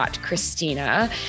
Christina